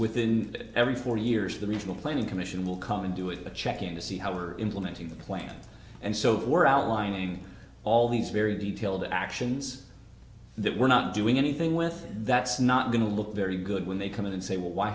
that every four years the regional planning commission will come and do it but checking to see how we're implementing the plan and so we're outlining all these very detailed actions that we're not doing anything with that's not going to look very good when they come in and say well why